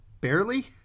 Barely